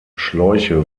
schläuche